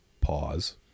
pause